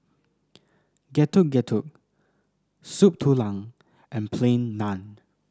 Getuk Getuk Soup Tulang and Plain Naan